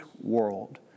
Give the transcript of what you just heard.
world